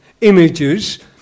images